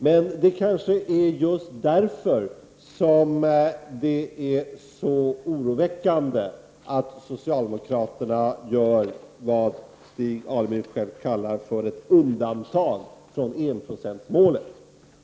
Men det kanske är just därför som det är så oroväckande att socialdemokraterna gör vad Stig Alemyr själv kallar för ett undantag från enprocentsmålet.